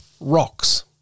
Rocks